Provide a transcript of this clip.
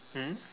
mm